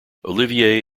olivier